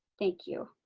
thank you.